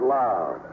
loud